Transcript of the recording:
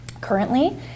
currently